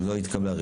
אין נמנעים?